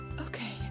okay